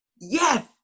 yes